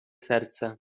serce